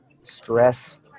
stress